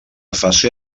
fase